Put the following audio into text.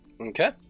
Okay